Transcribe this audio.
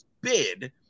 bid